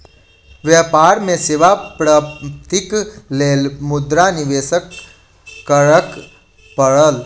व्यापार में सेवा प्राप्तिक लेल मुद्रा निवेश करअ पड़त